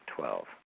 Twelve